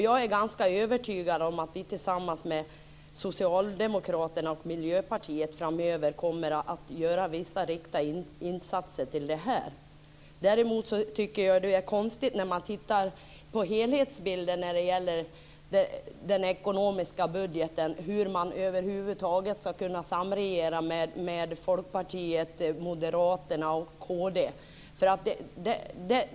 Jag är ganska övertygad om att vi tillsammans med Socialdemokraterna och Miljöpartiet framöver kommer att rikta vissa insatser mot denna grupp. När jag ser på helhetsbilden av budgeten tycker jag det är konstigt att Centern över huvud taget ska kunna samregera med Folkpartiet, Moderaterna och kd.